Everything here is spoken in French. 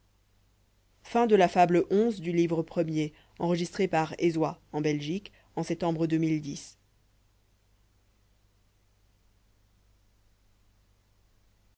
la fable de